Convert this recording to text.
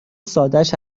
سادش